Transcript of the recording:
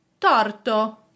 torto